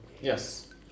Yes